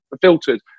filtered